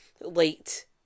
late